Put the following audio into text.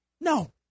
No